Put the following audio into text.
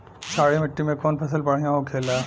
क्षारीय मिट्टी में कौन फसल बढ़ियां हो खेला?